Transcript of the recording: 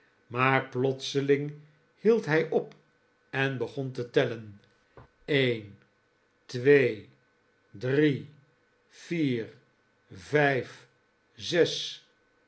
maar plotseling hield hij op en begon te tellen een twee drie vier vijf zes